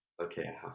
okay